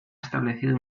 establecido